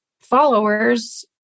followers